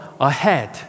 ahead